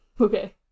Okay